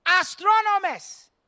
Astronomers